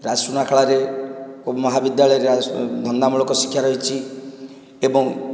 ରାଜସୁନାଖେଳାରେ ଓ ମହାବିଦ୍ୟାଳୟରେ ଧନ୍ଦାମୂଳକ ଶିକ୍ଷା ରହିଛି ଏବଂ